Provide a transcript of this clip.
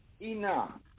Ina